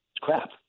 crap